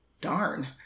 Darn